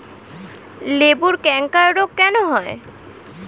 লেবুর ক্যাংকার রোগ কেন হয়?